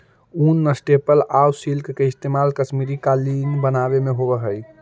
ऊन, स्टेपल आउ सिल्क के इस्तेमाल कश्मीरी कालीन बनावे में होवऽ हइ